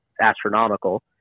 astronomical